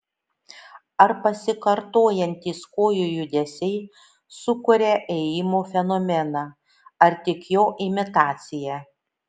ar pasikartojantys kojų judesiai sukuria ėjimo fenomeną ar tik jo imitaciją